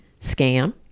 scam